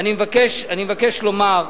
ואני מבקש לומר: